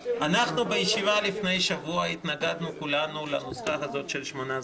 בישיבה לפני שבוע התנגדנו כולנו לנוסחה הזאת של שמונה סגנים.